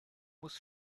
muss